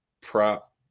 prop